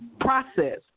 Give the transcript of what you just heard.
process